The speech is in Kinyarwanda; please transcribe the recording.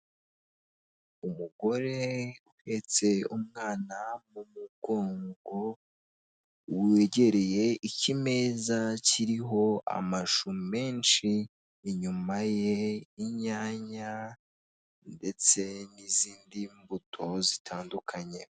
Umugore uhetse umwana mu mugongo, wegereye ikimeza kiriho amashu menshi, inyuma ye, inyanya ndetse n'izindi mbuto zitandukanye.